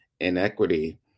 inequity